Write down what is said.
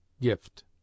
gift